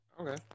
Okay